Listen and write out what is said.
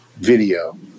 Video